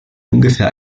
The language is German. ungefähr